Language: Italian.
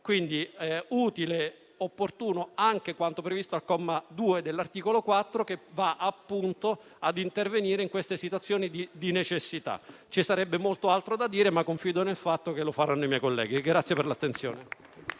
Quindi è utile e opportuno anche quanto previsto al comma 2 dell'articolo 4, che interviene in queste situazioni di necessità. Ci sarebbe molto altro da dire, ma confido nel fatto che lo faranno i miei colleghi.